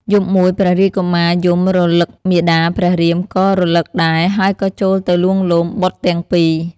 យប់មួយព្រះរាជកុមារយំរលឹកមាតាព្រះរាមក៏រលឹកដែរហើយក៏ចូលទៅលួងលោមបុត្រទាំងពីរ។